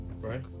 right